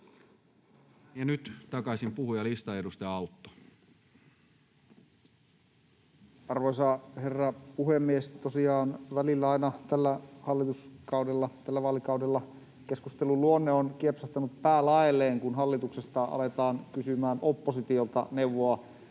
Ja nyt takaisin puhujalistaan. — Edustaja Autto. Arvoisa herra puhemies! Tosiaan välillä aina tällä hallituskaudella, tällä vaalikaudella keskustelun luonne on kiepsahtanut päälaelleen, kun hallituksesta aletaan kysymään oppositiolta neuvoa